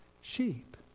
sheep